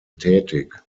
tätig